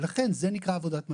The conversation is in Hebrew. לכן זה נקרא עבודת מטה.